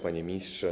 Panie Ministrze!